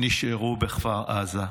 הם נשארו בכפר עזה.